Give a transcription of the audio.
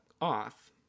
off